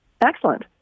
Excellent